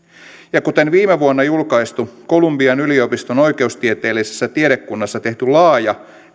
ja kuten viime vuonna julkaistu columbian yliopiston oikeustieteellisessä tiedekunnassa tehty laaja